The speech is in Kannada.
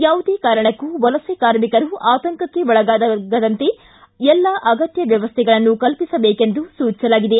ಯಾವುದೇ ಕಾರಣಕ್ಕೂ ವಲಸೆ ಕಾರ್ಮಿಕರು ಆತಂಕಕ್ಕೆ ಒಳಗಾಗದಂತೆ ಎಲ್ಲ ಆಗತ್ಯ ವ್ಯವಸ್ಥೆಗಳನ್ನು ಕಲ್ಪಿಸಬೇಕೆಂದು ಸೂಚಿಸಲಾಗಿದೆ